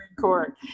court